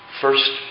First